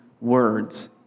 words